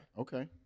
Okay